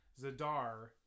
Zadar